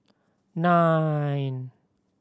nine